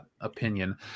opinion